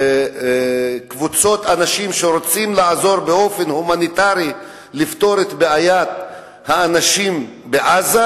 לקבוצות אנשים שרוצות לעזור באופן הומניטרי לפתור את בעיית האנשים בעזה,